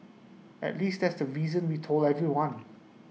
at least that's the reason we told everyone